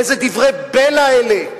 איזה דברי בלע אלה.